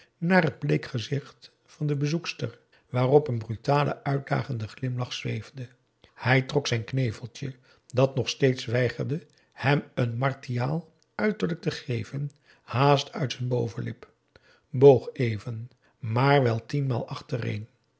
naar het bleek gezicht van de bezoekster waarop een brutale uitdagende glimlach zweefde hij trok zijn kneveltje dat nog steeds weigerde hem n martiaal uiterlijk te geven haast uit z'n bovenlip boog even maar wel tienmaal achtereen